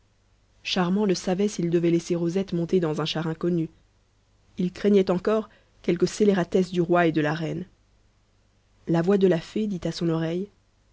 charmant ne savait s'il devait laisser rosette monter dans un char inconnu il craignait encore quelque scélératesse du roi et de la reine la voix de la fée dit à son oreille